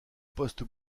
postes